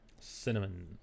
Cinnamon